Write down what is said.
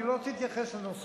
אני לא רוצה להתייחס לנושא,